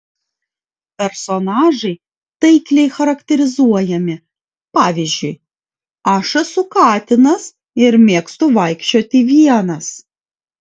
personažai taikliai charakterizuojami pavyzdžiui aš esu katinas ir mėgstu vaikščioti vienas